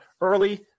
early